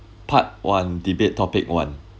part one debate topic one